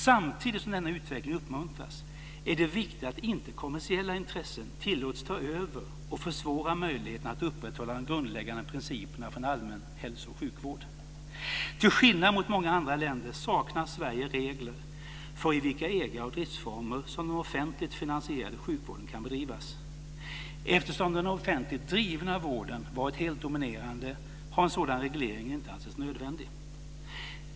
Samtidigt som denna utveckling uppmuntras är det viktigt att inte kommersiella intressen tillåts ta över och försvåra möjligheten att upprätthålla de grundläggande principerna för en allmän hälso och sjukvård. Till skillnad mot många andra länder saknar Sverige regler för i vilka ägar och driftsformer som den offentligt finansierade sjukvården kan bedrivas. Eftersom den offentligt drivna vården varit helt dominerande har en sådan reglering inte ansetts nödvändig.